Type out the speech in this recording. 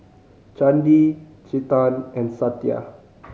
Chandi Chetan and Satya